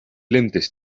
lentes